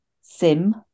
sim